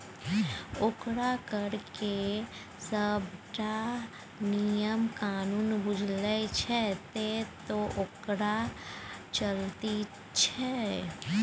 ओकरा कर केर सभटा नियम कानून बूझल छै तैं तँ ओकर चलती छै